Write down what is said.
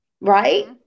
right